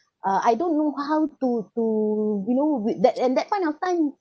uh I don't know how to to you know with that and that point of time